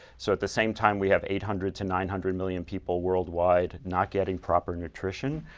so at the same time we have eight hundred to nine hundred million people worldwide not getting proper nutrition,